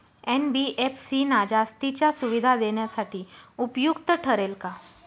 NBFC ना जास्तीच्या सुविधा देण्यासाठी उपयुक्त ठरेल का?